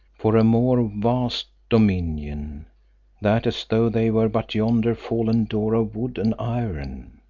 for a more vast dominion that as though they were but yonder fallen door of wood and iron,